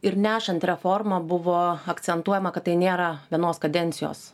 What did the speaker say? ir nešant reformą buvo akcentuojama kad tai nėra vienos kadencijos